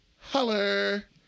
holler